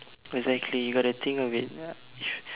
exactly you gotta think of it what if